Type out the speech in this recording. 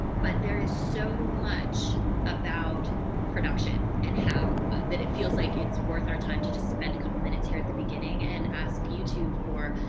but there is so much about production and how that it feels like it's worth our time to just spend a couple of minutes here at the beginning and ask youtube for,